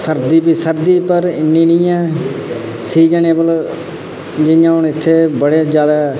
सर्दी सर्दी पर इन्नी नी ऐ सीजनेबल जि'यां हून इत्थै बड़े ज्यादा